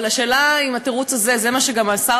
אבל השאלה היא אם התירוץ הזה זה מה שגם שר